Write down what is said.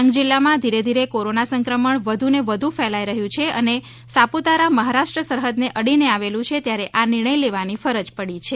ડાંગ જિલ્લામાં ધીરેધીરે કોરોના સંક્રમણ વધુને વધુ ફેલાઈ રહ્યું છે અને સાપુતારા મહારાષ્ટ્ર સરહદને અડીને આવેલું છે ત્યારે આ નિર્ણય લેવાની ફરજ પડી છે